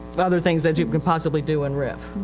but other things that you can possibly do in rif.